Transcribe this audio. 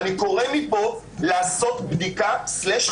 אני קורא מפה לעשות בדיקה/חקירה,